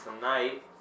tonight